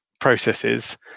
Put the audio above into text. processes